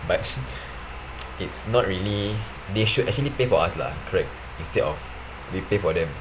but it's not really they should actually pay for us lah correct instead of we pay for them